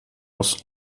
aus